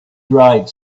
dried